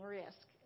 risk